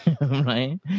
Right